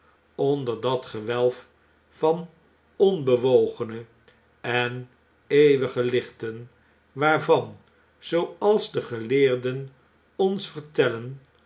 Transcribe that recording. onder dat gewelf van onbewogene en eeuwige lichten waarvan zooals de geleerden ons vertellen